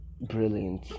brilliant